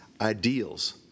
ideals